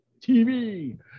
TV